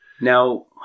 now